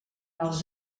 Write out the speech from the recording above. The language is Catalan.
els